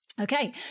Okay